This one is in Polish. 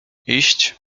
iść